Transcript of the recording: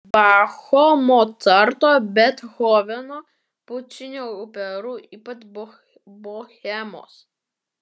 bacho mocarto bethoveno pučinio operų ypač bohemos